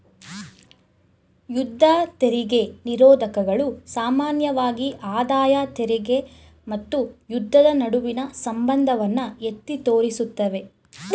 ಯುದ್ಧ ತೆರಿಗೆ ನಿರೋಧಕಗಳು ಸಾಮಾನ್ಯವಾಗಿ ಆದಾಯ ತೆರಿಗೆ ಮತ್ತು ಯುದ್ಧದ ನಡುವಿನ ಸಂಬಂಧವನ್ನ ಎತ್ತಿ ತೋರಿಸುತ್ತವೆ